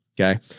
Okay